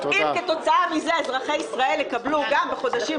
אם כתוצאה מזה אזרחי ישראל יקבלו בחודשים